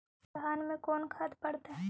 धान मे कोन खाद पड़तै?